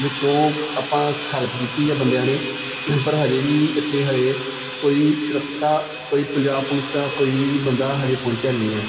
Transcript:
ਵਿੱਚੋਂ ਆਪਾਂ ਸ ਹੈਲਪ ਕੀਤੀ ਆ ਬੰਦਿਆਂ ਨੇ ਪਰ ਹਜੇ ਵੀ ਇੱਥੇ ਹਜੇ ਕੋਈ ਸੁਰੱਕਸ਼ਾ ਕੋਈ ਪੰਜਾਬ ਪੁਲਿਸ ਦਾ ਕੋਈ ਬੰਦਾ ਹਜੇ ਪਹੁੰਚਿਆ ਨਹੀਂ ਆ